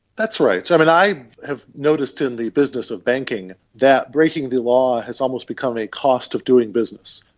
that's right. so i mean, i have noticed in the business of banking that breaking the law has almost become a cost of doing business.